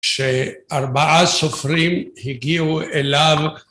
כשארבעה סופרים הגיעו אליו